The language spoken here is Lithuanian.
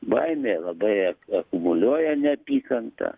baimė labai ak akumuliuoja neapykantą